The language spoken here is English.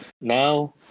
now